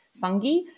fungi